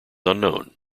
unknown